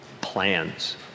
Plans